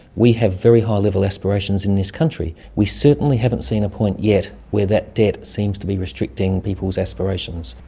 we have very high level aspirations in this country. we certainly haven't seen a point yet where that debt seems to be restricting people's aspirations.